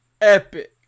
Epic